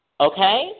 Okay